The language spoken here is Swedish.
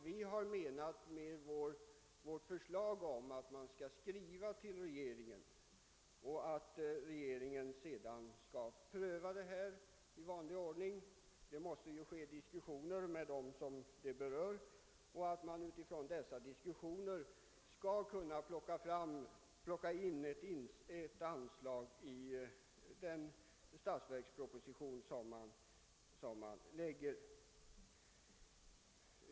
Vad vi vill med vår motion är att riksdagen skall avlåta en skrivelse till regeringen, som sedan får pröva ärendet i vanlig ordning. Det måste ju föras diskussioner med dem det berör, och dessa diskussioner bör sedan leda fram till att ett anslag tas upp i statsverkspropositionen.